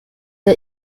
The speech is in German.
der